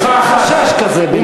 חשש כזה בלבי.